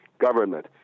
government